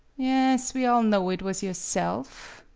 yes we all knew it was yourself.